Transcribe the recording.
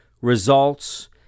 results